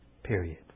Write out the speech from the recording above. Period